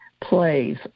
plays